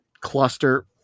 cluster